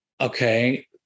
okay